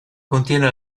contiene